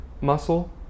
muscle